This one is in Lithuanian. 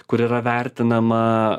kur yra vertinama